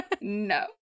no